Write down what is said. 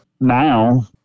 Now